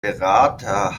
berater